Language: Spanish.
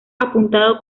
apuntado